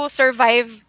survive